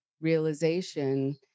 realization